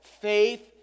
faith